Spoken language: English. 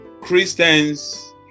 Christians